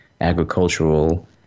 agricultural